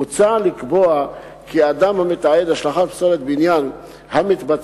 מוצע לקבוע כי אדם המתעד השלכת פסולת בניין המתבצעת